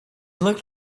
looked